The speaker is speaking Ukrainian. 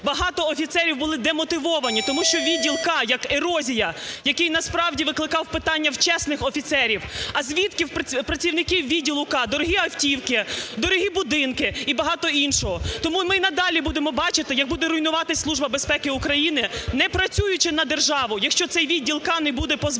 Багато офіцерів були демотивовані, тому що відділ "К" як ерозія, який насправді викликав питання в чесних офіцерів. А звідки у працівників відділу "К" дорогі автівки, дорогі будинки і багато іншого? Тому ми і надалі будемо бачити, як буде руйнуватись Служба безпеки України, не працюючи на державу, якщо цей відділ "К" не буде позбавлено.